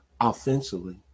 offensively